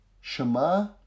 Shema